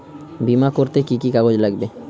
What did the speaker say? বিমা করতে কি কি কাগজ লাগবে?